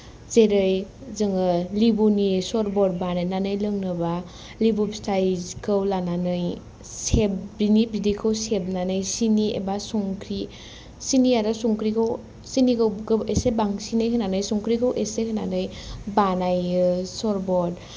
जेरै जोङो लेबुनि सरबत बानायनानै लोंनोबा लेबु फिथायखौ लानानै सेब बिनि बिदैखौ सेबनानै सिनि एबा संख्रि सिनि आरो संख्रिखौ सिनिखौ एसे बांसिनै होनानै संख्रिखौ एसे होनानै बानायो सरबत